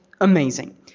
amazing